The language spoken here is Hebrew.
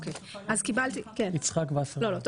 נכון.